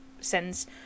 sends